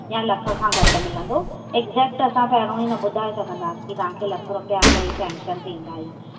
या लख खां घटि मिलंदो एक्जेक्ट असां पहिरों ई न ॿुधाए सघंदा की तव्हांखे लखु रुपिया भाई शेंशन थींदा